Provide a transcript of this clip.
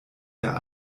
der